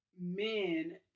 men